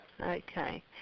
Okay